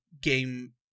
game